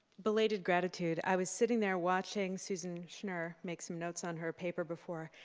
belated gratitude i was sitting there watching susan schnur make some notes on her paper before,